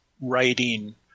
writing